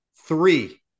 Three